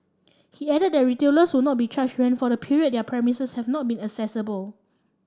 he added that retailers would not be charged rent for the period their premises have not been accessible